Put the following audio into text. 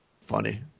Funny